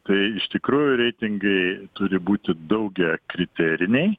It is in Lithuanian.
tai iš tikrųjų reitingai turi būti daugiakriteriniai